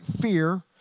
fear